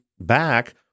back –